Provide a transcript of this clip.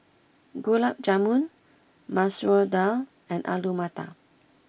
Gulab Jamun Masoor Dal and Alu Matar